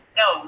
no